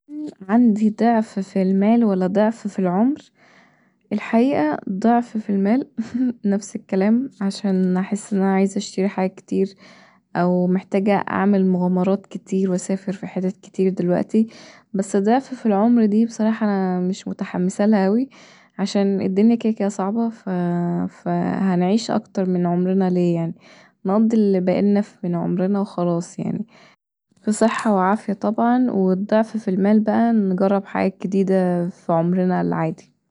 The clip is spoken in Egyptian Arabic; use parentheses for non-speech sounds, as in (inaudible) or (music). عندي ضعف في المال ولا ضعف في العمر الحقيقه ضعف في المال نفس الكلام عشان بحس ان اما عايزه اشتري حاجات كتير او محتاجه أعمل مغامرات كتير واسافر في حتت كتير دلوقتي بس ضعف في العمر دي بصراحة انا مش متحمسالها اوي عشان كدا كدا الدنيا صعبه (hesitation) فهنعيش اكتر من عمرنا ليه يعني نقضي اللي باقيلنا من عمرنا وخلاص يعني في صحة وعافيه طبعا والضعف في المال بقي نجرب حاجات جديده في عمرنا العادي